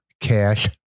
cash